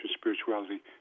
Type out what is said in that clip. spirituality